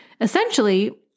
Essentially